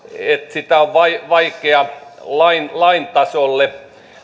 sitä on vaikea lain tasolle